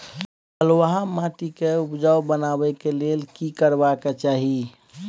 बालुहा माटी के उपजाउ बनाबै के लेल की करबा के चाही?